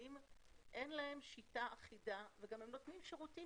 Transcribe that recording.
ציבוריים אנחנו מבינים שאין להם שיטה אחידה וגם הם נותנים שירותים